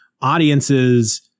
audiences